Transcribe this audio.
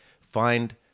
find